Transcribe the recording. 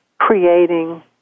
creating